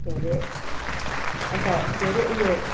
के अरे अन्त के अरे उयो